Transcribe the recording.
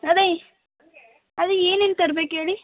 ಅದೇ ಅದೇ ಏನೇನು ತರ್ಬೇಕು ಹೇಳಿ